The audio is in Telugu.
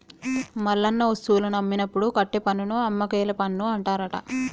మల్లన్న వస్తువులను అమ్మినప్పుడు కట్టే పన్నును అమ్మకేల పన్ను అంటారట